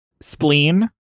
spleen